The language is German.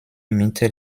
mittel